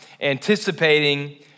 Anticipating